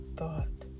thought